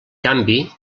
canvi